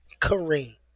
Kareem